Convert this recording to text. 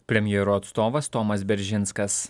premjero atstovas tomas beržinskas